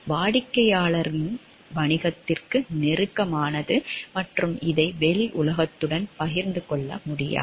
வாடிக்கையாளர்களின் வணிகத்திற்கு நெருக்கமானது மற்றும் இதை வெளி உலகத்துடன் பகிர்ந்து கொள்ள முடியாது